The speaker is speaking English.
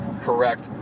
correct